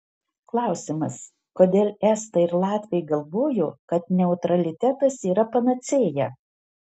klausimas kodėl estai ir latviai galvojo kad neutralitetas yra panacėja